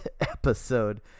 episode